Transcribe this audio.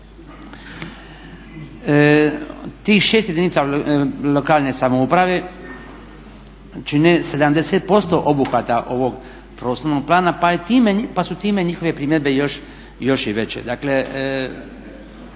Tih 6 jedinica lokalne samouprave čine 70% obuhvata ovog prostornog plana pa su time njihove primjedbe još i veće.